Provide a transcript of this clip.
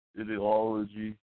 ideology